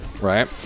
Right